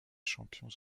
champions